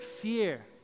fear